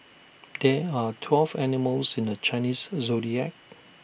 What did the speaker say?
there are twelve animals in the Chinese Zodiac